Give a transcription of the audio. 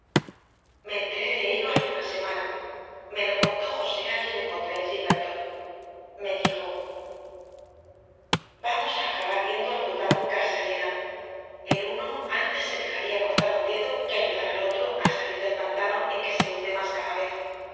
me enteré de ello hace una semana me lo contó josé a quien encontré en gimmerton me dijo vamos a acabar viendo al juzgado en casa elena el uno antes se dejaría cortar un dedo que ayudar al otro a salir del pantano en que se hunde más cada vez